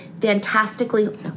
fantastically